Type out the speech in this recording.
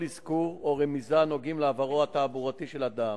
מקרה שבו נעברה עבירה של התוספת הרביעית.